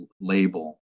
label